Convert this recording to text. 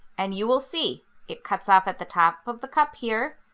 and you will see it cuts off at the top of the cup here,